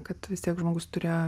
kad vis tiek žmogus turėjo